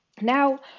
Now